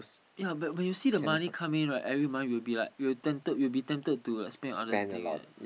ya but but you see the money come in right every month will be like will tempted will be tempted to like spend on other thing right